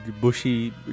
bushy